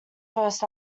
first